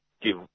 give